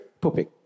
pooping